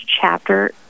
chapter